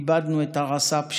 איבדנו את הרס"פ שלנו,